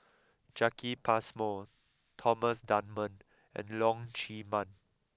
Jacki Passmore Thomas Dunman and Leong Chee Mun